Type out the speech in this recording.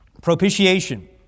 Propitiation